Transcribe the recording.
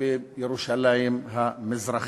בירושלים המזרחית,